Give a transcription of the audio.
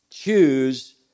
choose